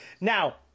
Now